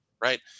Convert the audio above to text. right